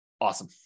Awesome